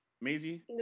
Maisie